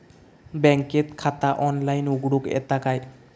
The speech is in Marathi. बँकेत खाता ऑनलाइन उघडूक येता काय?